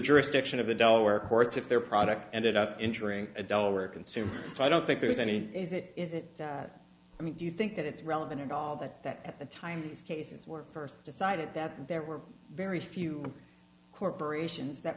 jurisdiction of the delaware courts if their product ended up injuring a dollar a consumer so i don't think there is any is it is it i mean do you think that it's relevant at all that that at the time these cases were first decided that there were very few corporations that